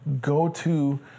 go-to